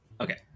Okay